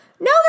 No